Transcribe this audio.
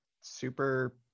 super